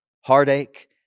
heartache